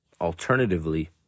Alternatively